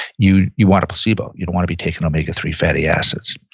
you you want a placebo, you don't want to be taking omega three fatty acids.